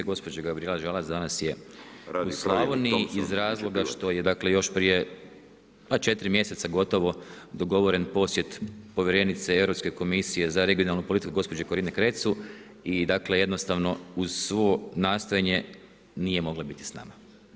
Gospođa Gabrijela Žalac danas je u Slavoniji iz razloga što je dakle još prije pa 4 mj. gotovo dogovoren posjet povjerenice Europske komisije za regionalnu politiku gospođe Corina Cretu i dakle jednostavno uz svo nastojanje, nije mogla biti s nama.